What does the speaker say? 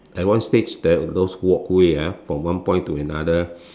at one stage there is those walkway ah from one point to another